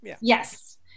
Yes